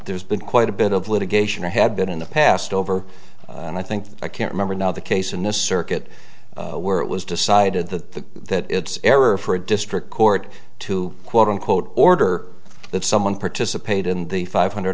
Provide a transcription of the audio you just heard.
there's been quite a bit of litigation or had been in the past over and i think i can remember now the case in the circuit where it was decided the that it's error for a district court to quote unquote order that someone participate in the five hundred